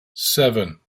seven